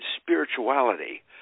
spirituality